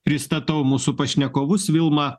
pristatau mūsų pašnekovus vilma